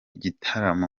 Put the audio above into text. gitaramo